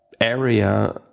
area